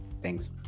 Thanks